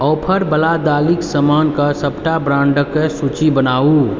offer बला दालिके समानके सबटा ब्रांडक सूची बनाउ